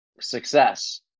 success